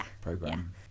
program